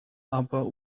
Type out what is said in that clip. aber